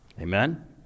amen